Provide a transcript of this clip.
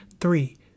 three